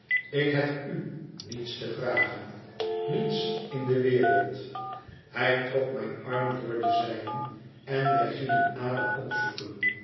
ik heb u niets te vragen niets in de wereld hij trok mijn arm door den zijnen en wij gingen ada opzoeken